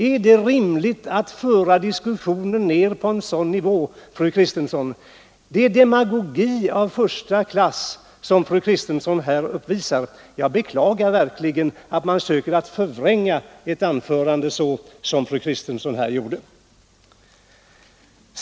Är det rimligt att föra ned diskussionen på en sådan nivå, fru Kristensson? Det är demagogi av första klass som fru Kristensson här uppvisar. Jag beklagar verkligen att man försöker att förvränga ett anförande på det sätt som fru Kristensson här gjorde.